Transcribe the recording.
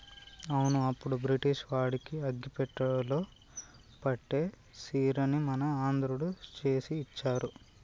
అవును అప్పుడు బ్రిటిష్ వాడికి అగ్గిపెట్టెలో పట్టే సీరని మన ఆంధ్రుడు చేసి ఇచ్చారు